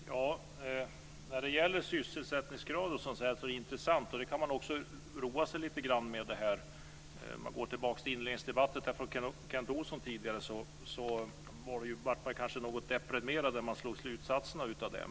Fru talman! Det här med sysselsättningsgrad och sådant är intressant, och det kan man roa sig lite grann med. Om vi går tillbaka till Kent Olssons inledningsanförande i debatten blev man kanske något deprimerad av slutsatserna där.